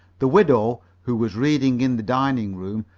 the widow, who was reading in the dining-room,